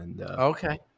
Okay